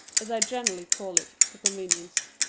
as i generally call it, for convenience.